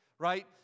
Right